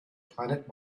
planet